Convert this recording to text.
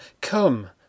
Come